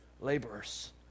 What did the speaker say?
Laborers